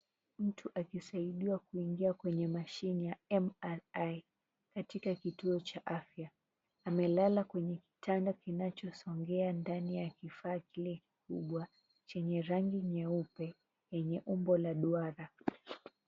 Mtu anajisaidia kuingia kwenye mashini ya MRI katika kituo cha afya. Amelala kwenye kitanda kinachosongea ndani ya kifaa kile kubwa chenye rangi nyeupe lenye umbo wa duara.